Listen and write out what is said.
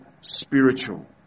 spiritual